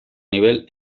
nivel